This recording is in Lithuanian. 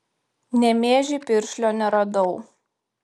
nemėžy piršlio neradau